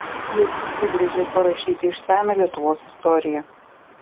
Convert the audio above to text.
jis užsibrėžė parašyti išsamią lietuvos istoriją